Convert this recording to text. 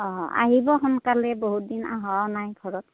অঁ আহিব সোনকালে বহুতদিন আহাও নাই ঘৰত